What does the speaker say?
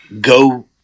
go